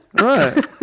Right